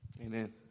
Amen